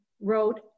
wrote